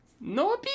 No